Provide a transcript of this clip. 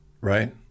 right